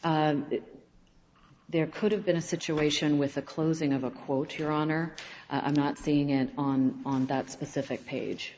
it there could have been a situation with a closing of a quote your honor i'm not seeing it on on that specific page